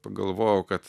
pagalvojau kad